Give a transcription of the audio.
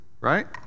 Right